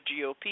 GOP